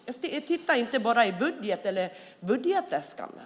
Jag tittar inte bara på budget eller budgetäskanden.